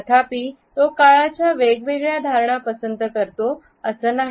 तथापि तो काळाच्या वेगळ्या धारणा पसंत करतो असा नाही